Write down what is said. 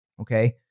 Okay